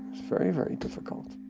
very very difficult.